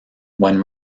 when